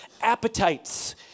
appetites